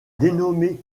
dénommée